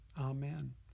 Amen